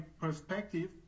perspective